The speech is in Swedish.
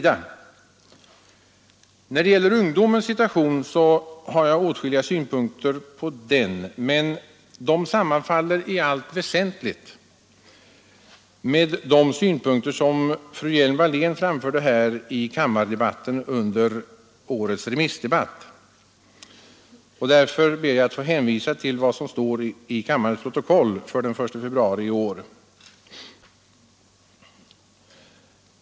Ungdomens situation har jag åtskilliga synpunkter på, men de sammanfaller i allt väsentligt med de synpunkter som fru Hjelm-Wallén framförde i årets remissdebatt. Därför ber jag att få hänvisa till kammarens protokoll för den 1 februari i år.